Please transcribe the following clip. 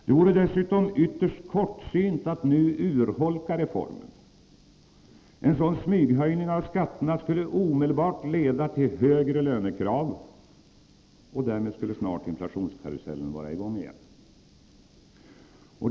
Det vore dessutom ytterst kortsynt att nu urholka reformen. En sådan smyghöjning av skatterna skulle omedelbart leda till högre lönekrav. Därmed skulle snart inflationskarusellen vara i gång igen.